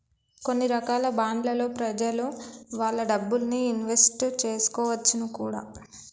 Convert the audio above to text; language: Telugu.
కొన్ని రకాల బాండ్లలో ప్రెజలు వాళ్ళ డబ్బుల్ని ఇన్వెస్ట్ చేసుకోవచ్చును కూడా